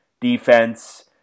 defense